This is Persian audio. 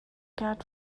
کرد